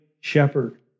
Shepherd